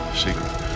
secret